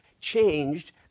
changed